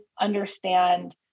understand